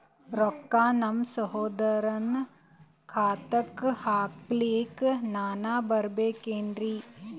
ರೊಕ್ಕ ನಮ್ಮಸಹೋದರನ ಖಾತಾಕ್ಕ ಹಾಕ್ಲಕ ನಾನಾ ಬರಬೇಕೆನ್ರೀ?